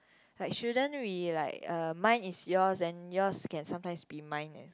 like shouldn't we like uh mine is yours and yours can sometimes be mine as well